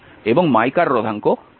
এবং মাইকার রোধাঙ্ক 51011